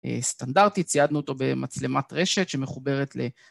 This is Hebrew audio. סטנדרטית, ציידנו אותו במצלמת רשת שמחוברת ל...